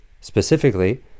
Specifically